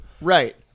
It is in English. Right